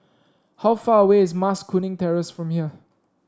how far away is Mas Kuning Terrace from here